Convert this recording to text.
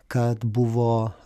kad buvo